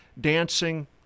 dancing